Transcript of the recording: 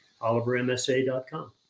OliverMSA.com